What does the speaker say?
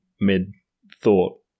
mid-thought